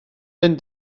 ben